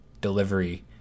Delivery